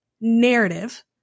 narrative